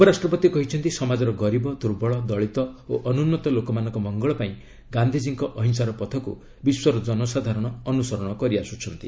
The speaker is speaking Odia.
ଉପରାଷ୍ଟ୍ରପତି କହିଛନ୍ତି ସମାଜର ଗରିବ ଦୁର୍ବଳ ଦଳିତ ଓ ଅନୁନ୍ନତ ଲୋକମାନଙ୍କ ମଙ୍ଗଳ ପାଇଁ ଗାନ୍ଧିଜୀଙ୍କ ଅହିଂସାର ପଥକୁ ବିଶ୍ୱର ଜନସାଧାରଣ ଅନୁସରଣ କରିଆସୁଛନ୍ତି